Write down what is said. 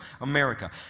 America